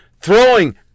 throwing